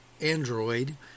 Android